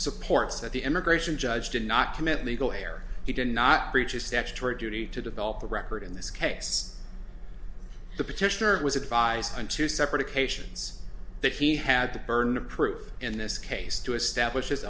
supports that the immigration judge did not commit legally or he did not breach a statutory duty to develop the record in this case the petitioner was advised on two separate occasions that he had the burden of proof in this case to establish his